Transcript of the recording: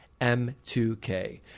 m2k